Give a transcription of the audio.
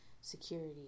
security